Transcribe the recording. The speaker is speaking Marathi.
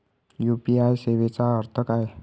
यू.पी.आय सेवेचा अर्थ काय?